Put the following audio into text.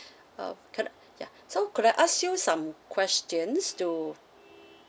of ya so could I ask you some questions to